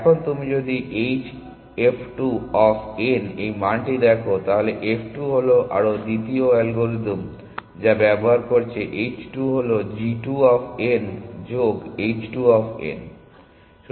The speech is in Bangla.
এখন তুমি যদি h f 2 অফ n এই মানটি দেখো তাহলে f 2 হল আরও দ্বিতীয় অ্যালগরিদম যা ব্যবহার করছে h 2 হল g 2 অফ n যোগ h 2 অফ n